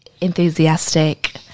enthusiastic